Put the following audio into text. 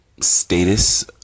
status